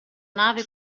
nave